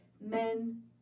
men